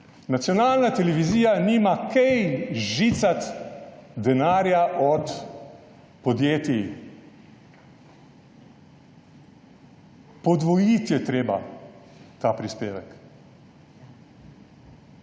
Nacionalna televizija nima kaj žicati denarja od podjetij. Podvojiti je treba ta prispevek